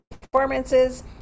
performances